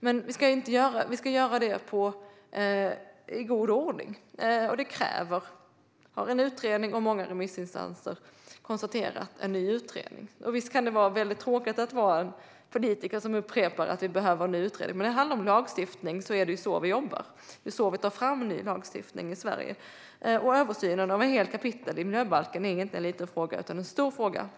Men vi ska göra det i god ordning. Och det krävs en utredning, vilket många remissinstanser har konstaterat. Visst kan det vara tråkigt att vara en politiker som upprepar att vi behöver en utredning. Men när det handlar om lagstiftning är det på det sättet vi jobbar. Det är på det sättet vi tar fram ny lagstiftning i Sverige. Och översynen av ett helt kapitel i miljöbalken är inte en liten utan en stor fråga.